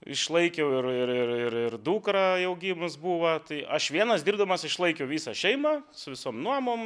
išlaikiau ir ir ir ir ir dukra jau gimus buvo tai aš vienas dirbdamas išlaikiau visą šeimą su visom nuomom